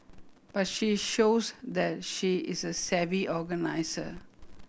but she shows that she is a savvy organiser